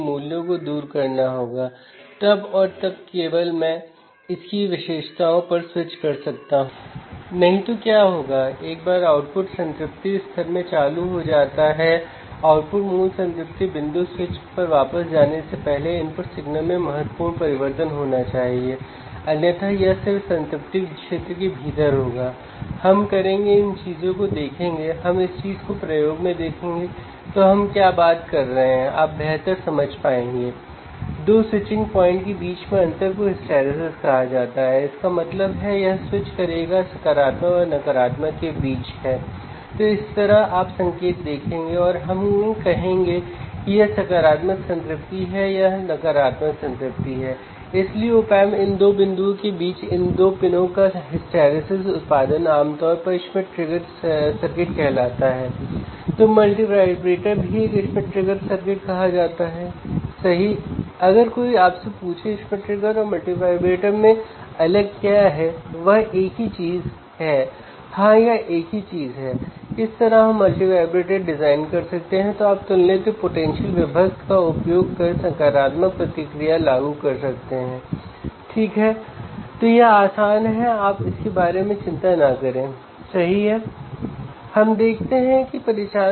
क्या होगा कि अगर मैं वोल्टेज फॉलोअर का उपयोग करता हूं तो लोडिंग होगी नगण्य इसका मतलब यह है कि अगर मैं अपने वोल्टेज फॉलोअर का उपयोग करता हूं तो मैं पिछले स्टेज की प्रतिबाधा के साथ डिफ़्रेंसियल एम्पलीफायर को मिला सकता हूं